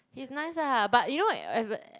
he's nice lah but you know